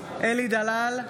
אלי דלל,